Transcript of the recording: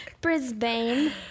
Brisbane